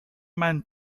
man